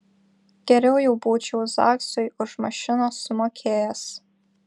geriau jau būčiau zaksui už mašiną sumokėjęs